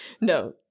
No